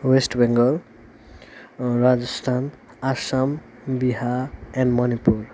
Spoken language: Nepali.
West Bengal Rajasthan Assam Bihar and Manipur